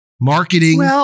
Marketing